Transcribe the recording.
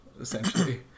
essentially